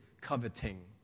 coveting